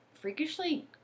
freakishly